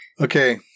Okay